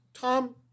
Tom